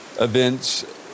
events